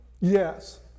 yes